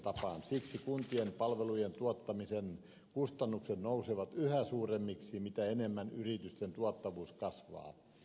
siksi kuntien palvelujen tuottamisen kustannukset nousevat sitä suuremmiksi mitä enemmän yritysten tuottavuus kasvaa